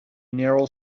narrow